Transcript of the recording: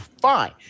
fine